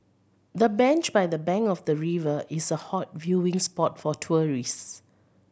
the bench by the bank of the river is a hot viewing spot for tourist